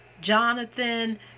Jonathan